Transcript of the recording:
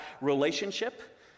relationship